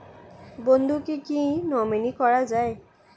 বন্ধুকে কী নমিনি করা যায়?